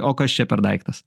o kas čia per daiktas